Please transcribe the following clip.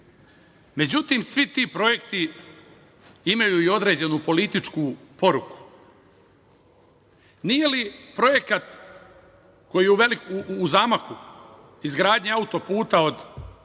žive.Međutim, svi ti projekti imaju i određenu političku poruku. Nije li projekat koji je u zamahu izgradnja autoputa od